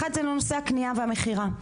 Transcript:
אחד זה לנושא הקניה והמכירה.